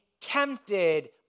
tempted